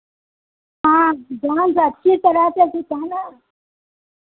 हाँ डान्स अच्छी तरह से सिखाना